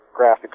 graphics